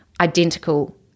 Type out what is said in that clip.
identical